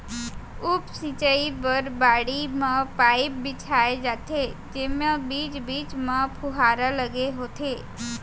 उप सिंचई बर बाड़ी म पाइप बिछाए जाथे जेमा बीच बीच म फुहारा लगे होथे